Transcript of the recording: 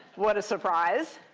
what a surprise.